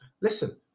listen